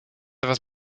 etwas